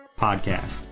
podcast